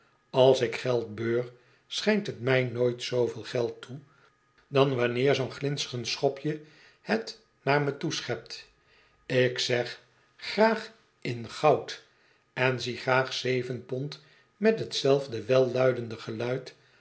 als ik geld beur schijnt t mij nooit zooveel geld toe dan wanneer zoo'n glinsterend schopje het naar me toeschept ik zeg graag in goud en zie graag zeven pond met hetzelfde welluidende geluid